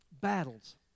battles